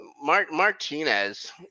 Martinez